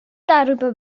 darüber